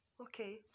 Okay